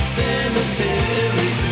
cemetery